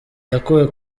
yakuwe